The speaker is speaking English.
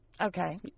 okay